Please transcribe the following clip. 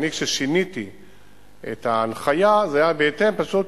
כששיניתי את ההנחיה, זה היה בהתאם, פשוט